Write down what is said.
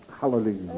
Hallelujah